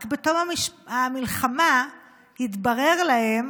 רק בתום המלחמה התברר להם